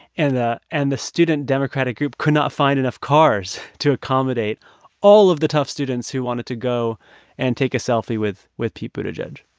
and the and the student democratic group could not find enough cars to accommodate all of the tufts students who wanted to go and take a selfie with with pete buttigieg